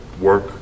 work